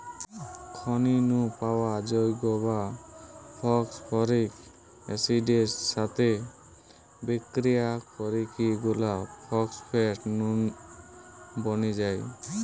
খনি নু পাওয়া যৌগ গা ফস্ফরিক অ্যাসিড এর সাথে বিক্রিয়া করিকি গুলা ফস্ফেট নুন বনি যায়